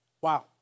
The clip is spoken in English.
Wow